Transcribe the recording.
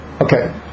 Okay